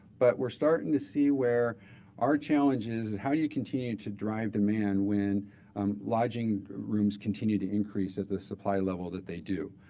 but we're starting to see where our challenge is how do you continue to drive demand when lodging rooms continue to increase at the supply level that they do.